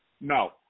No